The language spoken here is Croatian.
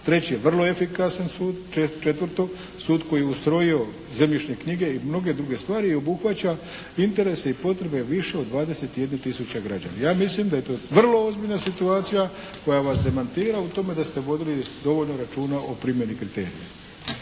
Treći je vrlo efikasan sud. Četvrto, sud koji je ustrojio zemljišne knjige i mnoge druge stvari i obuhvaća interese i potrebe više od 21000 građana. Ja mislim da je to vrlo ozbiljna situacija koja vas demantira u tome da ste vodili dovoljno računa o primjeni kriterija.